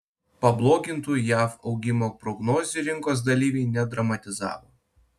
pablogintų jav augimo prognozių rinkos dalyviai nedramatizavo